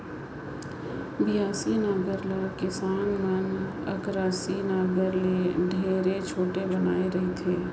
बियासी नांगर ल किसान मन अकरासी नागर ले ढेरे छोटे बनाए रहथे